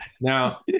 Now